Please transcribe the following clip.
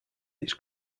its